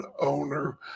owner